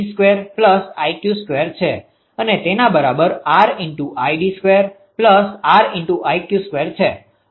અને તેના બરાબર છે